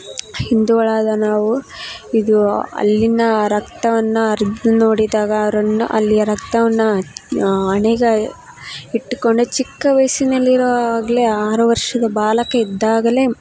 ಹಿಂದುಗಳಾದ ನಾವು ಇದು ಅಲ್ಲಿನ ರಕ್ತವನ್ನ ಹರ್ದು ನೋಡಿದಾಗ ಅವರನ್ನ ಅಲ್ಲಿಯ ರಕ್ತವನ್ನ ಹಣೆಗ ಇಟ್ಟುಕೊಂಡೆ ಚಿಕ್ಕ ವಯ್ಸಿನಲ್ಲಿರುವಾಗಲೇ ಆರು ವರ್ಷದ ಬಾಲಕ ಇದ್ದಾಗಲೇ